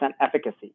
efficacy